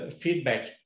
feedback